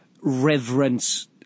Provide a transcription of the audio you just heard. reverence